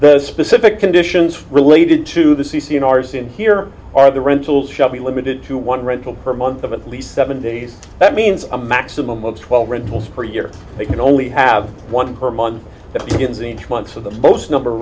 the specific conditions related to the c c and r s in here are the rentals shall be limited to one rental per month of at least seven days that means a maximum of twelve rentals per year they can only have one per month that begins each month for the most number